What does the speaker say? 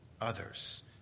others